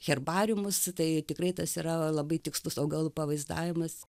herbariumus tai tikrai tas yra labai tikslus augalų pavaizdavimas